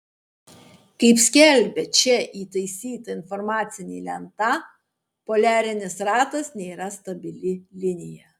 kaip skelbia čia įtaisyta informacinė lenta poliarinis ratas nėra stabili linija